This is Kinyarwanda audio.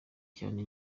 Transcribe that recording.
cyane